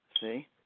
See